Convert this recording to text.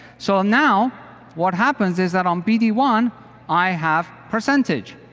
so now what happens is that on b d one i have percentage.